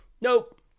Nope